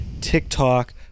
TikTok